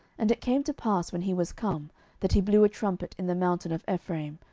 and it came to pass, when he was come, that he blew a trumpet in the mountain of ephraim,